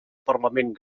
parlament